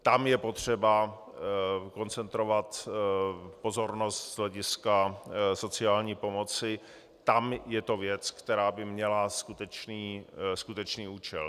Tam je potřeba koncentrovat pozornost z hlediska sociální pomoci, tam je to věc, která by měla skutečný účel.